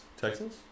Texas